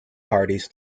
parties